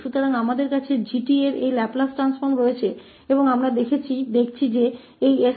तो हमारे पास 𝑔𝑡 का यह लाप्लास रूपांतर है और हम देख रहे हैं कि जब यह s ∞ में जाएगा तो यहां क्या होगा